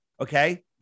okay